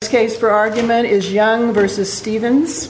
case for argument is young versus stevens